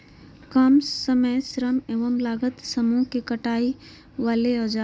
काम समय श्रम एवं लागत वाले गेहूं के कटाई वाले औजार?